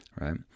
right